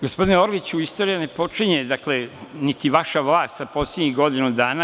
Gospodine Orliću, istorija ne počinje, niti vaša vlast sa poslednjih godinu dana.